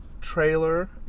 trailer